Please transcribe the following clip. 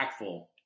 impactful